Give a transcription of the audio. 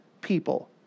people